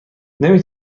نمی